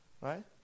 Right